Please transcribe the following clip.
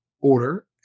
order